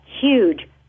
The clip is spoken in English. huge